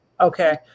Okay